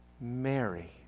Mary